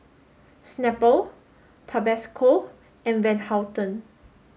Snapple Tabasco and Van Houten